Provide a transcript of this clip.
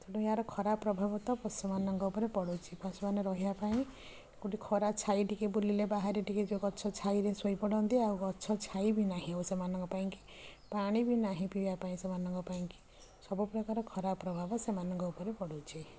ତେଣୁ ଏହାର ଖରାପ ପ୍ରଭାବ ତା ପଶୁମାନଙ୍କ ଉପରେ ପଡ଼ୁଛି ପଶୁମାନେ ରହିବା ପାଇଁ କେଉଁଠି ଖରା ଛାଇ ଟିକେ ବୁଲିଲେ ବାହାରେ ଟିକେ ଯେଉଁ ଗଛ ଛାଇରେ ଶୋଇପଡ଼ନ୍ତି ଆଉ ଗଛ ଛାଇ ବି ନାହିଁ ଆଉ ସେମାନଙ୍କ ପାଇଁ କି ପାଣି ବି ନାହିଁ ପିଇବା ପାଇଁ ସେମାନଙ୍କ ପାଇଁ କି ସବୁ ପ୍ରକାର ଖରାପ ପ୍ରଭାବ ସେମାନଙ୍କ ଉପରେ ପଡ଼ୁଛି